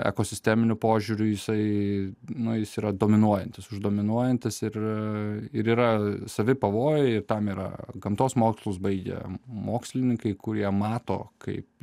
ekosisteminiu požiūriu jisai nu jis yra dominuojantis už dominuojantis ir ir yra savi pavojai ir tam yra gamtos mokslus baigę mokslininkai kurie mato kaip